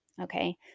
okay